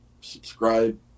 subscribe